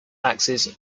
axes